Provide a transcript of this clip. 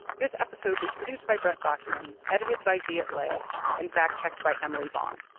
this episode was produced by brent baughman, edited by viet le and fact-checked by emily vaughn.